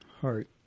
heart